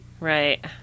Right